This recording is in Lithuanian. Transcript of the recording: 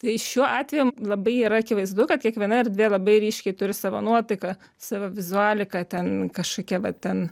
tai šiuo atveju labai yra akivaizdu kad kiekviena erdvė labai ryškiai turi savo nuotaiką savo vizualiką ten kažkokią va ten